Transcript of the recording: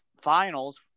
finals